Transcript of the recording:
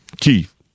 Keith